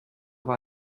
war